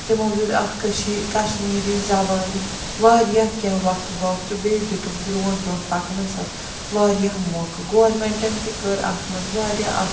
تِمو دیُت اَتھ کٔشی کَشمیٖری زبانہِ واریاہ کیٚنٛہہ وَتھٕ بَو تہٕ بیٚیہِ دیُتُکھ برٛونٛٹھ برٛونٛٹھ پَکنَس اَتھ واریاہ موقعہٕ گورمٮ۪نٛٹَن تہِ کٔر اَتھ منٛز واریاہ اَکھ